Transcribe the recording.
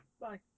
Bye